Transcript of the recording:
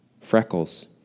Freckles